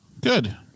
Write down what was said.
Good